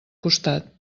costat